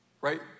right